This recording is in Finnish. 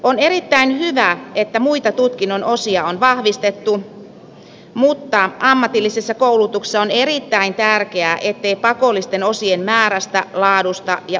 on erittäin hyvä että muita tutkinnon osia on vahvistettu mutta ammatillisessa koulutuksessa on erittäin tärkeää ettei pakollisten osien määrästä laadusta ja osaamisvaatimuksista tingitä